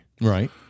Right